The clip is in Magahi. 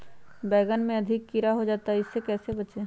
बैंगन में अधिक कीड़ा हो जाता हैं इससे कैसे बचे?